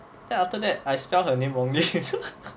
then after that I spell her name wrongly